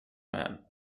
man